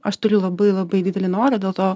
aš turiu labai labai didelį norą dėl to